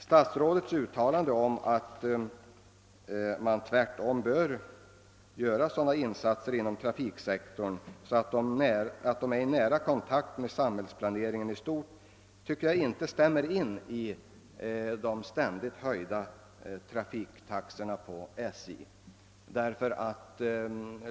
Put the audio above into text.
Statsrådets uttalande om att insatserna inom trafiksektorn bör stå i nära kontakt med samhällsplaneringen i stort anser jag inte stämmer med de ständigt höjda trafiktaxorna på SJ.